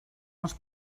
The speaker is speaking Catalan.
els